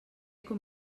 com